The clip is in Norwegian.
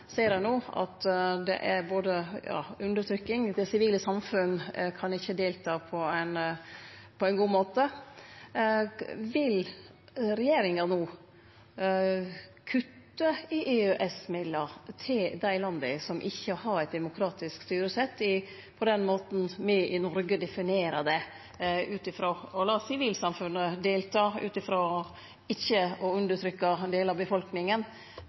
ser ein no at det er undertrykking, og at det sivile samfunn ikkje kan delta på ein god måte. Vil regjeringa no kutte i EØS-midlar til dei landa som ikkje har eit demokratisk styresett, på den måten me i Noreg definerer det – ved at sivilsamfunnet skal delta og delar av